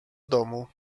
domu